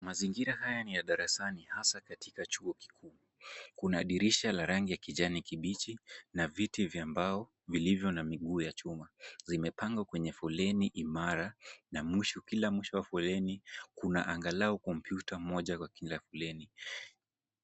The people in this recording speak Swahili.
Mazingira haya ni ya darasani hasa katika chuo kikuu, kuna dirisha la rangi ya kijani kibichi na viti vya mbao vilivyo na miguu ya chuma, zimepangwa kwenye foleni imara na kila mwisho foleni kuna angalau kompyuta moja kwa kila foleni.